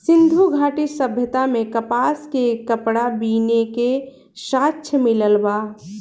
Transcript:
सिंधु घाटी सभ्यता में कपास के कपड़ा बीने के साक्ष्य मिलल बा